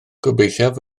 gobeithiaf